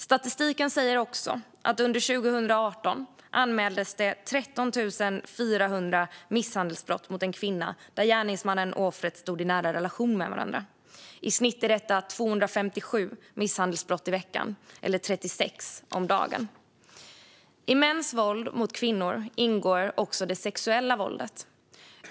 Statistiken säger också att under 2018 anmäldes 13 400 misshandelsbrott mot en kvinna, där gärningsmannen och offret stod i nära relation till varandra. I snitt är det 257 misshandelsbrott i veckan eller 36 om dagen. I mäns våld mot kvinnor ingår också det sexuella våldet.